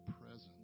presence